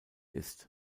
ist